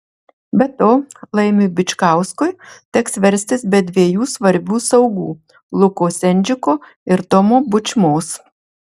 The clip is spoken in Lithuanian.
be to laimiui bičkauskui teks verstis be dviejų svarbių saugų luko sendžiko ir tomo bučmos